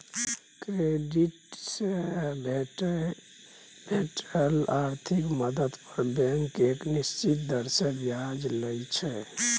credit से भेटल आर्थिक मदद पर बैंक एक निश्चित दर से ब्याज लइ छइ